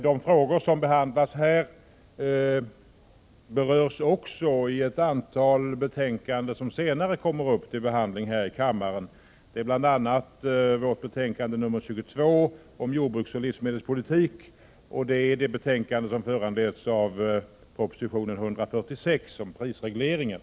De frågor som behandlas där berörs också i ett antal betänkanden som senare kommer upp här i kammaren, bl.a. jordbruksutskottets betänkande nr 22 om jordbruksoch livsmedelspolitiken och det betänkande som föranleds av proposition 146 om prisregleringen.